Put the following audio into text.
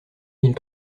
mille